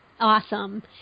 Awesome